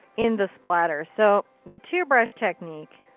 in the splatter. so the two brush technique.